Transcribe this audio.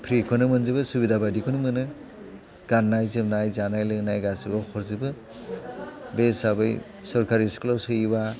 फ्रिखौनो मोनजोबो सुबिदा बादिखौनो मोनो गाननाय जोमनाय जानाय लोंनाय गासैखौबो हरजोबो बे हिसाबै सोरखारि स्कुलाव सोयोब्ला